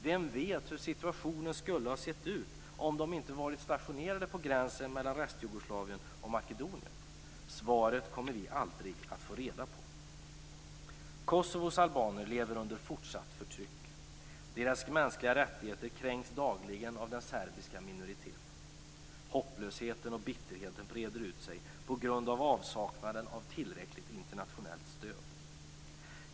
Vem vet hur situationen skulle ha sett ut om de inte varit stationerade på gränsen mellan Restjugoslavien och Makedonien? Svaret kommer vi aldrig att få reda på. Kosovos albaner lever under fortsatt förtryck. Deras mänskliga rättigheter kränks dagligen av den serbiska minoriteten. Hopplösheten och bitterheten breder ut sig på grund av avsaknaden av tillräckligt internationellt stöd.